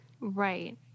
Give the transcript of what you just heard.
Right